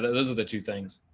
those are the two things.